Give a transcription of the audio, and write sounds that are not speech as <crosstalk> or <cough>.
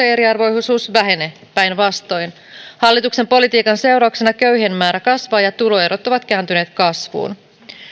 <unintelligible> eriarvoisuus vähene päinvastoin hallituksen politiikan seurauksena köyhien määrä kasvaa ja tuloerot ovat kääntyneet kasvuun